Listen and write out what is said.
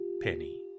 penny